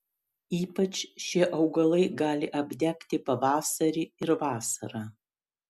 ypač šie augalai gali apdegti pavasarį ir vasarą